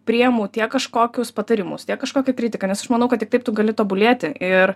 priemu tiek kažkokius patarimus tiek kažkokią kritiką nes aš manau kad tik taip tu gali tobulėti ir